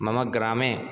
मम ग्रामे